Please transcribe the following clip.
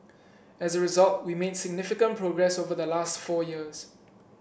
as a result we made significant progress over the last four years